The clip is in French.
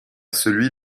celui